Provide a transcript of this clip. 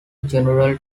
general